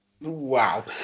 Wow